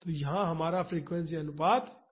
तो यहाँ हमारा फ्रीक्वेंसी अनुपात 3 है